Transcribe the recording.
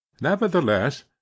Nevertheless